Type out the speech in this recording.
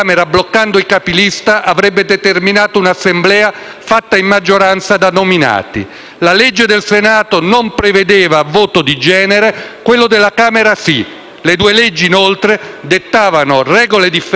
fatta in maggioranza da nominati; la legge del Senato non prevedeva voto di genere, quella della Camera sì; le due leggi, inoltre, dettavano regole differenti sugli sbarramenti e sulle multicandidature.